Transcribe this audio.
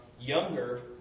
younger